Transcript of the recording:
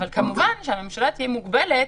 אבל כמובן שהממשלה תהיה מוגבלת,